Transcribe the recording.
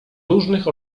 różnych